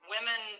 Women